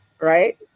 right